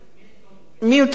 מילטון פרידמן.